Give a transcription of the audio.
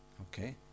Okay